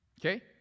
Okay